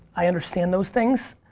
i understand those things,